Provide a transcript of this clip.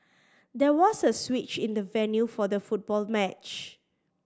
there was a switch in the venue for the football match